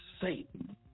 Satan